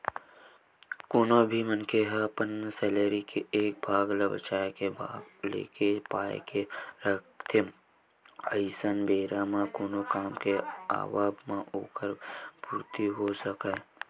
कोनो भी मनखे ह अपन सैलरी के एक भाग ल बचत के भाव लेके ए पाय के रखथे के अवइया बेरा म कोनो काम के आवब म ओखर पूरति होय सकय